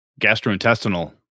gastrointestinal